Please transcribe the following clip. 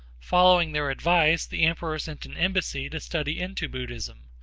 following their advice the emperor sent an embassy to study into buddhism.